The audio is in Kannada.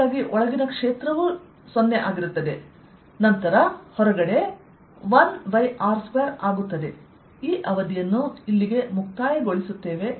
ಹಾಗಾಗಿ ಒಳಗಿನ ಕ್ಷೇತ್ರವು 0 ಆಗಿರುತ್ತದೆ ಮತ್ತು ನಂತರ ಹೊರಗೆ 1R2ಆಗುತ್ತದೆ